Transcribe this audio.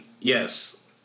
yes